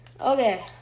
Okay